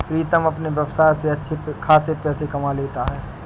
प्रीतम अपने व्यवसाय से अच्छे खासे पैसे कमा लेता है